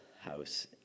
house